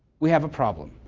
we have a problem.